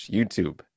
YouTube